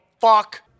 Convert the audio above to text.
fuck